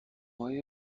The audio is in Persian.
های